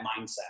mindset